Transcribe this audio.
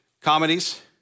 Comedies